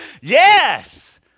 yes